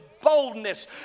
boldness